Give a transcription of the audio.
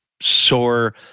sore